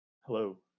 Hello